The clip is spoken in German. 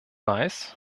weiß